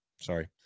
sorry